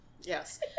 Yes